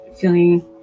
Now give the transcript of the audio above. feeling